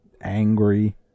angry